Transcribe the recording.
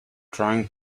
trying